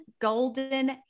Golden